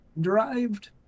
derived